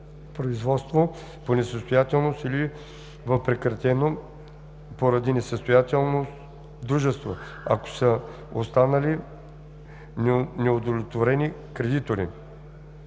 производство по несъстоятелност, или в прекратено поради несъстоятелност дружество, ако са останали неудовлетворени кредитори;